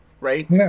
right